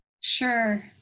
Sure